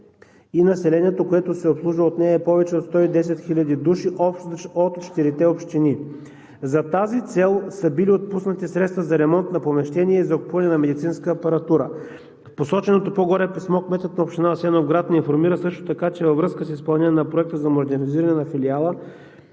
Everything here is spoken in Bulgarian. и населението, което се обслужва от нея, е повече от 110 хил. души от четирите общини. За тази цел са били отпуснати средства за ремонт на помещения и за купуване на медицинска апаратура. С посоченото по-горе писмо кметът на Община Асеновград ни информира също така, че във връзка с изпълнение на Проекта за модернизиране на филиала